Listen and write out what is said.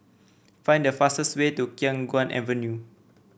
find the fastest way to Khiang Guan Avenue